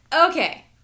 Okay